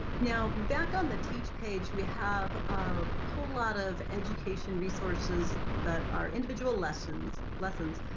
now back on the teach page we have a whole lot of education resources that are individual lessons lessons,